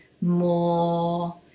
more